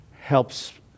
helps